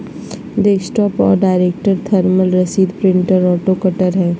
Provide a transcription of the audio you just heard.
desktop direct thermal रसीद printer auto cutter हइ